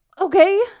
Okay